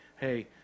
hey